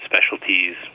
specialties